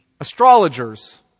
astrologers